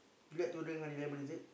you like to drink honey lemon is it